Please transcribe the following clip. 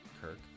Kirk